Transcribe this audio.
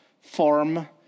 form